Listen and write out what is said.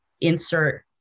insert